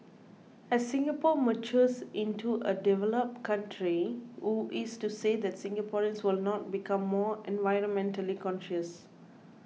as Singapore matures into a developed country who is to say that Singaporeans will not become more environmentally conscious